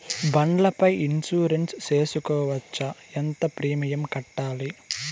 బండ్ల పై ఇన్సూరెన్సు సేసుకోవచ్చా? ఎంత ప్రీమియం కట్టాలి?